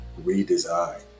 redesign